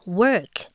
work